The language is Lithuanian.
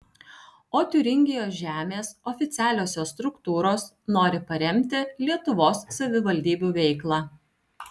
o tiūringijos žemės oficialiosios struktūros nori paremti lietuvos savivaldybių veiklą